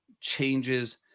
changes